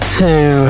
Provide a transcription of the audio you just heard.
two